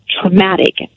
traumatic